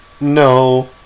No